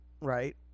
right